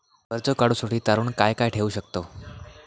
कर्ज काढूसाठी तारण काय काय ठेवू शकतव?